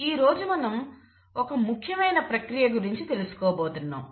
ఈరోజు మనం ఒక ముఖ్యమైన ప్రక్రియ గురించి తెలుసుకోబోతున్నాం